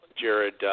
Jared